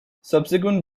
subsequent